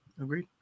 Agreed